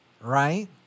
Right